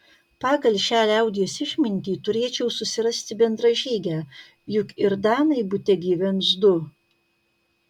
pagal šią liaudies išmintį turėčiau susirasti bendražygę juk ir danai bute gyvens du